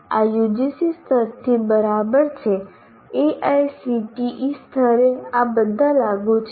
આ UGC સ્તરથી બરાબર છે AICTE સ્તરે આ બધા લાગુ છે